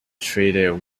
treated